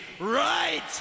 right